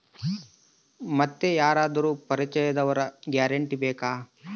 ಮತ್ತೆ ಯಾರಾದರೂ ಪರಿಚಯದವರ ಗ್ಯಾರಂಟಿ ಬೇಕಾ?